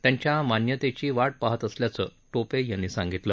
त्यांच्या मान्यतेची वाट पाहत असल्याचं टोपे यांनी सांगितलं